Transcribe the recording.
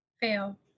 fail